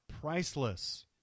priceless